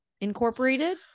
incorporated